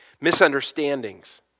Misunderstandings